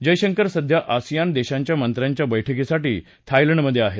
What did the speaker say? जयशंकर सध्या आसीयान देशांच्या मंत्र्यांच्या बैठकीसाठी थायलंडमधे आहेत